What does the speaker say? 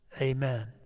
Amen